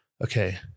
okay